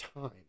time